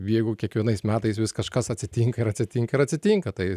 jeigu kiekvienais metais vis kažkas atsitinka ir atsitinka ir atsitinka tai